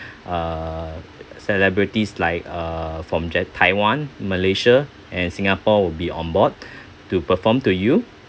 uh celebrities like uh from ja~ taiwan malaysia and singapore will be on board to perform to you